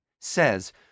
says